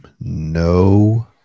No